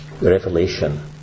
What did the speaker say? Revelation